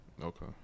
Okay